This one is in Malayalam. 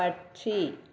പക്ഷി